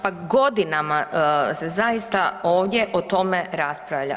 Pa godinama se zaista ovdje o tome raspravlja.